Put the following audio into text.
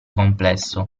complesso